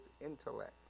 intellect